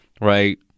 right